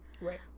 Right